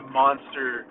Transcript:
monster